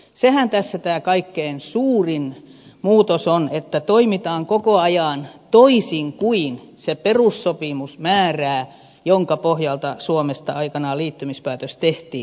sehän tässä tämä kaikkein suurin muutos on että toimitaan koko ajan toisin kuin se perussopimus määrää jonka pohjalta suomesta aikanaan liittymispäätös tehtiin